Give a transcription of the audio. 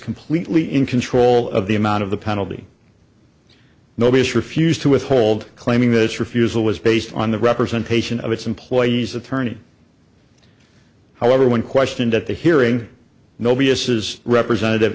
completely in control of the amount of the penalty notice refused to withhold claiming this refusal was based on the representation of its employees attorney however when questioned at the hearing no b s is representative